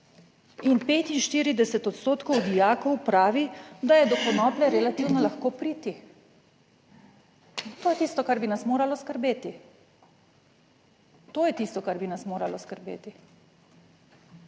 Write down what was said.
in 45 % dijakov pravi, da je do konoplje relativno lahko priti. In to je tisto, kar bi nas moralo skrbeti, to je tisto kar bi nas moralo skrbeti.